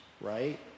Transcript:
right